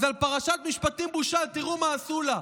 אז על "פרשת משפטים, בושה" תראו מה עשו לה.